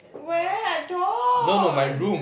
where I don't